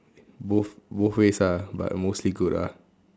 both both ways ah but mostly good ah